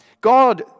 God